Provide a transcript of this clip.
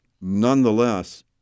Nonetheless